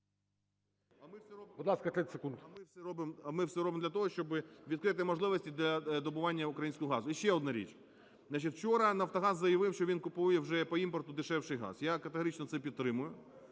А ми все робимо для того, щоби відкрити можливості для добування українського газу. І ще одна річ. Вчора "Нафтогаз" заявив, що він купує вже по імпорту дешевший газ. Я категорично це підтримую.